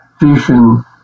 vision